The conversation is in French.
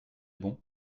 bon